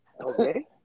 Okay